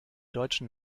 deutschen